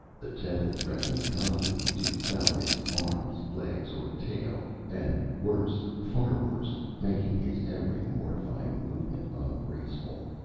the tether threatening constantly to foul his arms, legs or tail, and worse, far worse making his every mortifying movement ungraceful.